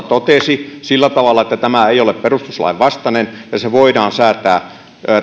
totesi sillä tavalla että tämä ei ole perustuslain vastainen ja voidaan säätää